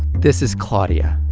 this is claudia,